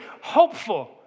hopeful